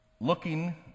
looking